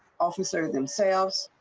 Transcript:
officer themselves.